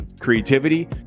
creativity